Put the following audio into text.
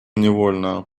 невольно